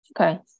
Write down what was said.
Okay